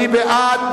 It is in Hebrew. מי בעד,